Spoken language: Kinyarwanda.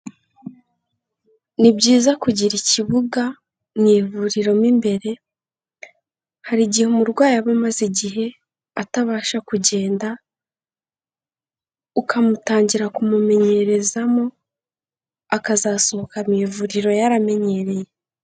Ni byiza kugira ikibuga mu ivuriro mo imbere, hari igihe umurwayi aba amaze igihe atabasha kugenda, ukamutangira kumumenyerezamo, akazasohoka mu ivuriro yaramenyereye.